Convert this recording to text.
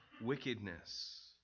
Wickedness